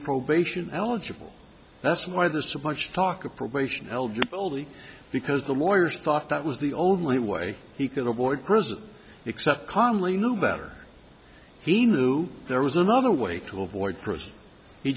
probation eligible that's why there's so much talk of probation held only because the lawyers thought that was the only way he could avoid prison except calmly knew better he knew there was another way to avoid